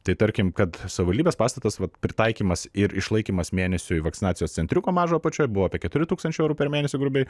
tai tarkim kad savivaldybės pastatas vat pritaikymas ir išlaikymas mėnesiui vakcinacijos centriuko mažo apačioje buvo apie keturi tūkstančiai eurų per mėnesį grubiai